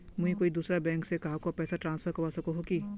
मुई कोई दूसरा बैंक से कहाको पैसा ट्रांसफर करवा सको ही कि?